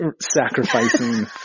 sacrificing